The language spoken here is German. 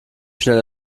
schnell